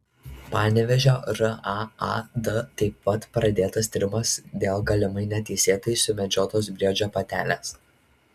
panevėžio raad taip pat pradėtas tyrimas dėl galimai neteisėtai sumedžiotos briedžio patelės